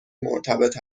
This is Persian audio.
مرتبط